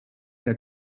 der